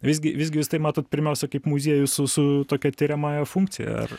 visgi visgi jūs tai matot pirmiausia kaip muziejų su su tokia tiriama funkcija ar